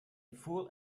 fool